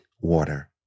water